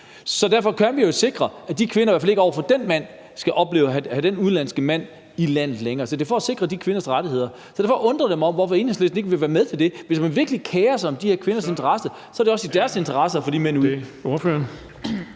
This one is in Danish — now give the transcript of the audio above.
Så derfor kan vi jo sikre, at kvinden i hvert fald ikke skal opleve, at den udenlandske mand er i landet længere. Så det er for at sikre de kvinders rettigheder. Derfor undrer det mig, at Enhedslisten ikke vil være med til det. Hvis man virkelig kerer sig om de her kvinders interesse, handler det om at få de mænd ud, for det er